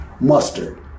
Mustard